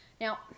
Now